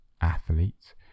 athletes